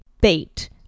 bait